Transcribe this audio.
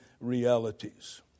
realities